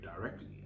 directly